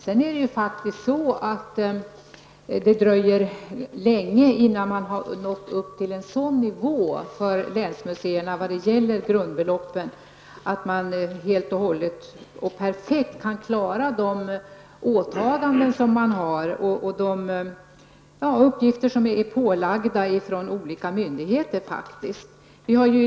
Sedan är det faktiskt så att det dröjer länge innan man nått till en sådan nivå för länsmuseerna vad avser grundbeloppen att man helt och hållet och perfekt kan klara de åtaganden som man har och de uppgifter som är pålagda ifrån olika myndigheter.